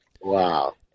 Wow